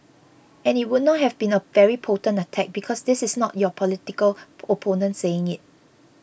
and it would not have been a very potent attack because this is not your political opponent saying it